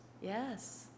yes